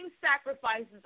sacrifices